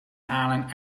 halen